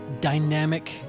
dynamic